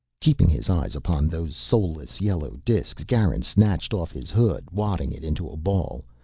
keeping his eyes upon those soulless yellow disks, garin snatched off his hood, wadding it into a ball.